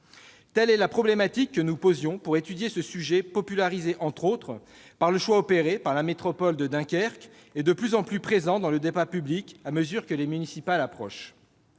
Telle est la problématique que nous avons posée pour étudier ce sujet popularisé, entre autres, par le choix opéré par la métropole de Dunkerque, et de plus en plus présent dans le débat public à mesure que les élections municipales approchent.